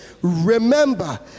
Remember